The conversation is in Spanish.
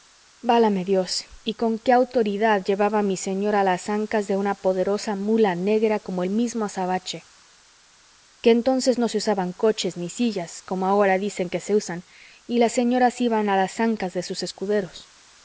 válame dios y con qué autoridad llevaba a mi señora a las ancas de una poderosa mula negra como el mismo azabache que entonces no se usaban coches ni sillas como agora dicen que se usan y las señoras iban a las ancas de sus escuderos